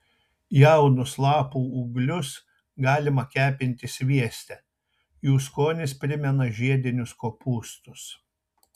jaunus lapų ūglius galima kepinti svieste jų skonis primena žiedinius kopūstus